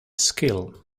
skill